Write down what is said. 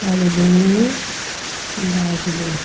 Kalimpong Darjeeling